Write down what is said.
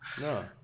No